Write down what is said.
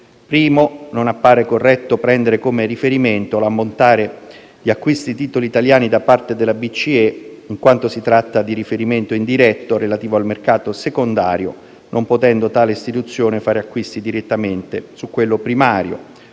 luogo, non appare corretto prendere come riferimento l'ammontare di acquisto di titoli italiani da parte della BCE, in quanto si tratta di riferimento indiretto, relativo al mercato secondario, non potendo tale istituzione fare acquisti direttamente su quello primario;